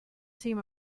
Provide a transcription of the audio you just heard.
seem